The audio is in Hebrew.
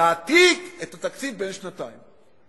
להעתיק את התקציב בן השנתיים.